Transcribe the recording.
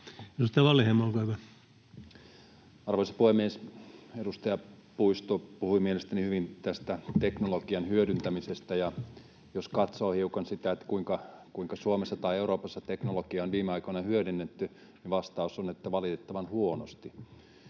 Suomeen Time: 14:58 Content: Arvoisa puhemies! Edustaja Puisto puhui mielestäni hyvin tästä teknologian hyödyntämisestä, ja jos katsoo hiukan sitä, kuinka Suomessa tai Euroopassa teknologiaa on viime aikoina hyödynnetty, niin vastaus on, että valitettavan huonosti.